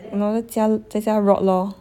nor 家在家 rot lor